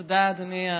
תודה, אדוני היושב-ראש.